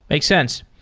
makes sense.